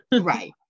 Right